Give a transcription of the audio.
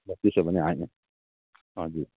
ल त्यसो भने आयौँ हजुर